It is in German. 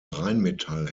rheinmetall